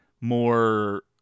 More